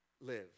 live